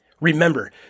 Remember